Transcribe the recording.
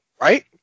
right